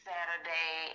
Saturday